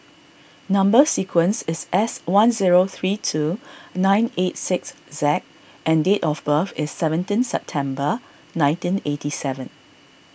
Number Sequence is S one zero three two nine eight six Zac and date of birth is seventeen September nineteen eighty seven